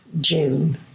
June